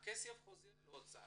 והכסף חוזר לאוצר.